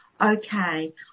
okay